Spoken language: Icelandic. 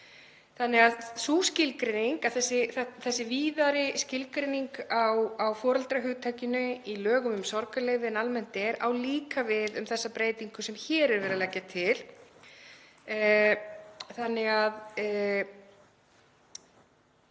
Þessi víðari skilgreining á foreldrahugtakinu í lögum um sorgarleyfi en almennt er á líka við um þessa breytingu sem hér er verið að leggja til. Það